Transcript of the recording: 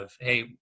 hey